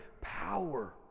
power